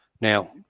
Now